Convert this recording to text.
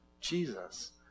Jesus